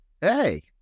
Hey